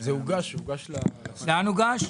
זה הוגש לשר האוצר.